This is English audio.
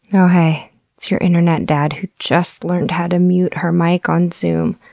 and oh hey, it's your internet dad who just learned how to mute her mic on zoom,